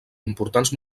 importants